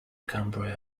cumbria